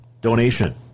donation